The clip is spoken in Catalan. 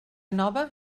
nova